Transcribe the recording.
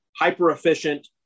hyper-efficient